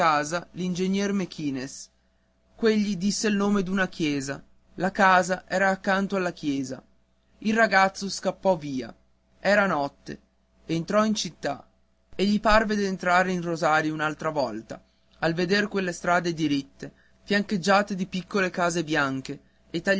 casa l'ingegner mequinez quegli disse il nome d'una chiesa la casa era accanto alla chiesa il ragazzo scappò via era notte entrò in città e gli parve d'entrare in rosario un'altra volta al veder quelle strade diritte fiancheggiate di piccole case bianche